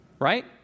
Right